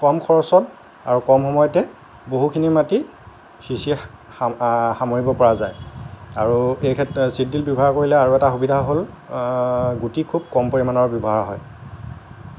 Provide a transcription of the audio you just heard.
কম খৰচত আৰু কম সময়তে বহুখিনি মাটি সিঁচি সামৰিব পৰা যায় আৰু এই ক্ষেত্ৰত ছিড ড্ৰিল ব্যৱহাৰ কৰিলে আৰু এটা সুবিধা হ'ল গুটি খুব কম পৰিমাণৰ ব্যৱহাৰ হয়